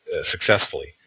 successfully